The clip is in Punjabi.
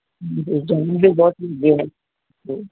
ਬਹੁਤ ਹੀ ਹੁੰਦੇ ਹੈ ਅਤੇ